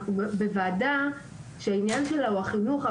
אנחנו בוועדה שעניינה הוא חינוך,